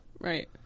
Right